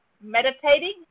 meditating